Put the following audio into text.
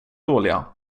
dåliga